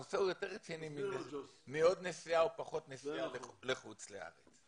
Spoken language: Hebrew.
הנושא הוא יותר רציני מעוד נסיעה או פחות נסיעה לחוץ לארץ.